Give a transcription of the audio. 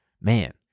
man